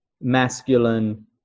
masculine